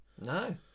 No